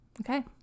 Okay